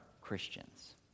Christians